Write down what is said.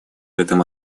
этом